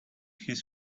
his